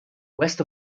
west